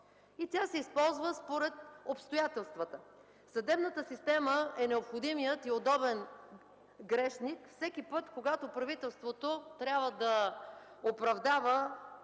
и тя се използва според обстоятелствата. Съдебната система е необходимият и удобен грешник всеки път, когато правителството трябва да оправдава